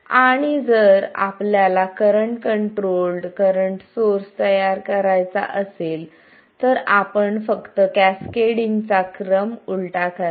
आणि जर आपल्याला करंट कंट्रोल्ड करंट सोर्स तयार करायचा असेल तर आपण फक्त कॅसकेडिंग चा क्रम उलट करा